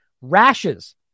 rashes